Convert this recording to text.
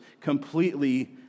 completely